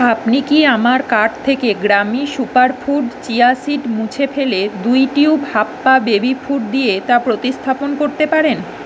আপনি কি আমার কার্ট থেকে গ্রামি সুপারফুড চিয়া সীড মুছে ফেলে দুই টিউব হাপ্পা বেবি ফুড দিয়ে তা প্রতিস্থাপন করতে পারেন